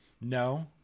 no